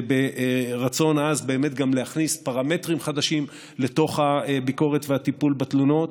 וברצון עז גם להכניס פרמטרים חדשים לתוך הביקורת והטיפול בתלונות,